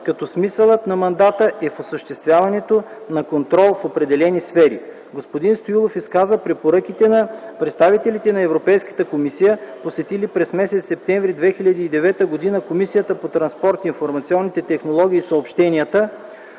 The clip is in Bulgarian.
като смисълът на мандата е в осъществяването на контрол в определени сфери. Господин Стоилов изказа препоръките на представителите на Европейската комисия, посетили през м. септември 2009 г. Комисията по транспорт, информационните технологии и съобщенията,